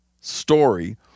story